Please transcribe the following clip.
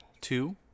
Two